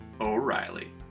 O'Reilly